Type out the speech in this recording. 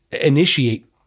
initiate